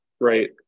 right